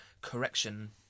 correction